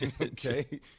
Okay